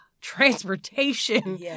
transportation